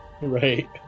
right